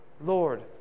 Lord